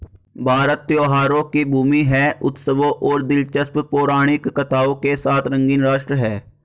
भारत त्योहारों की भूमि है, उत्सवों और दिलचस्प पौराणिक कथाओं के साथ रंगीन राष्ट्र है